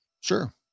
Sure